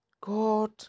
God